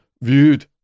viewed